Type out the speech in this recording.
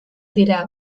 dira